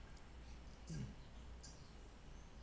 mm